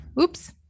Oops